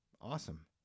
Awesome